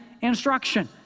instruction